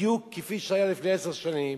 בדיוק כפי שהיה לפני עשר שנים,